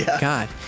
God